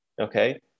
okay